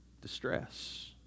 distress